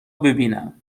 ببینم